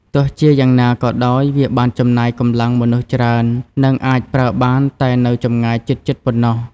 ទោះជាយ៉ាងណាក៏ដោយ វាបានចំណាយកម្លាំងមនុស្សច្រើន និងអាចប្រើបានតែនៅចម្ងាយជិតៗប៉ុណ្ណោះ។